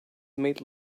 made